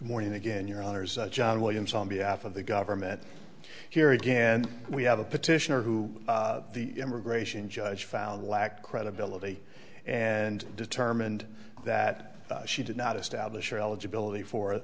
morning again your honour's john williams on behalf of the government here again we have a petitioner who the immigration judge found lacked credibility and determined that she did not establish eligibility for